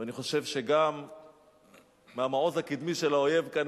ואני חושב שגם מהמעוז הקדמי של האויב כאן,